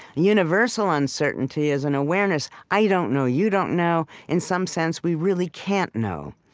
universal uncertainty is an awareness i don't know. you don't know. in some sense, we really can't know,